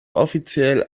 offiziell